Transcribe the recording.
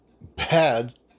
bad